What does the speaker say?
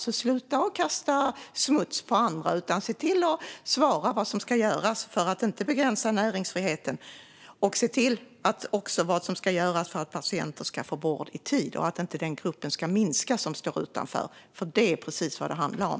Så sluta att kasta smuts på andra, utan se till att svara på vad som ska göras för att inte begränsa näringsfriheten! Se också till vad som ska göras för att patienter ska få vård i tid och för att den grupp som står utanför ska minska. Det är precis vad det handlar om.